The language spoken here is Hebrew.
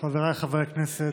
חבריי חברי הכנסת,